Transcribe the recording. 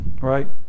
right